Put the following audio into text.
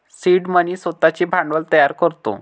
seed money स्वतःचे भांडवल तयार करतो